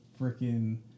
freaking